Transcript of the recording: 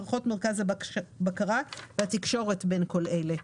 מערכות מרכז הבקרה והתקשורת בין כל אלה.